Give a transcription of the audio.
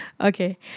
Okay